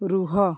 ରୁହ